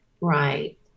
Right